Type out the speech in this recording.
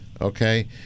Okay